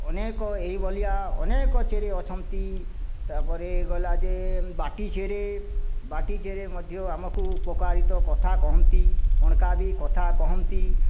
ଅନେକ ଏଇ ଭଳିଆ ଅନେକ ଚେରି ଅଛନ୍ତି ତା'ପରେ ଗଲା ଯେ ବାଟି ଚେରି ବାଟି ଚେରି ମଧ୍ୟ ଆମକୁ ଉପକାରିତା କଥା କହନ୍ତି ମଣ୍କା ବି କଥା କହନ୍ତି